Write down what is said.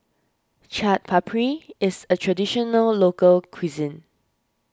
Chaat Papri is a Traditional Local Cuisine